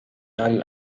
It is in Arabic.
على